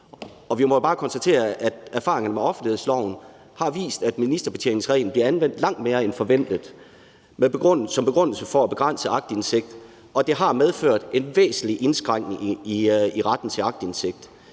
Vi må jo bare konstatere, at erfaringerne med offentlighedsloven har vist, at ministerbetjeningsreglen bliver anvendt langt mere end forventet som begrundelse for at begrænse aktindsigt, og det har medført en væsentlig indskrænkning i retten til aktindsigt.